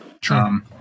true